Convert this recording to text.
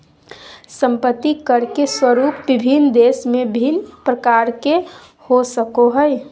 संपत्ति कर के स्वरूप विभिन्न देश में भिन्न प्रकार के हो सको हइ